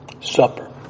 Supper